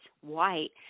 white